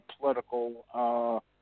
political